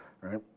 Right